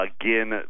again